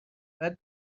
باید